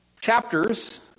chapters